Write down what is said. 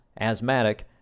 asthmatic